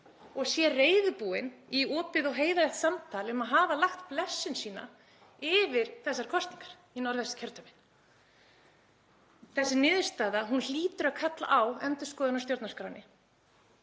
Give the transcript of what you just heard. og sé reiðubúinn í opið og heiðarlegt samtal um að hafa lagt blessun sína yfir þessar kosningar í Norðvesturkjördæmi. Þessi niðurstaða hlýtur að kalla á endurskoðun á stjórnarskránni.